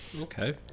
okay